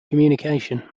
communication